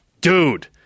dude